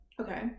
Okay